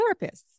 therapists